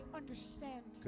understand